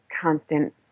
constant